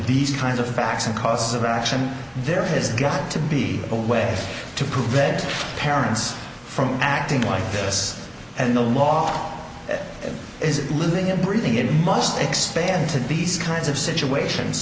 these kinds of facts and cause of action there has got to be a way to prevent parents from acting like this and the law firm is living and breathing it must expand to these kinds of situations